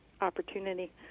opportunity